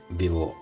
vivo